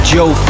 Joe